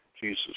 Jesus